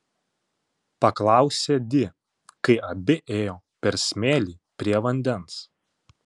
paklausė di kai abi ėjo per smėlį prie vandens